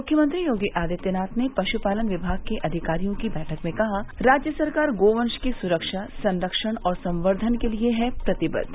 मुख्यमंत्री योगी आदित्यनाथ ने पशुपालन विभाग के अधिकारियों की बैठक में कहा राज्य सरकार गोवंश की सुरक्षा संरक्षण व संवर्धन के लिए है प्रतिबद्व